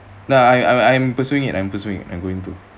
now I I'm pursuing it I'm pursuing and go into